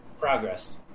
Progress